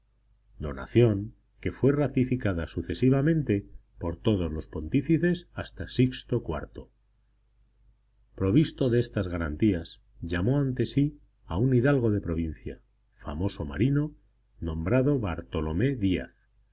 donación que fue ratificada sucesivamente por todos los pontífices hasta sixto iv provisto de estas garantías llamó ante sí a un hidalgo de provincia famoso marino nombrado bartolomé